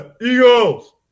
Eagles